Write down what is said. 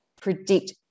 predict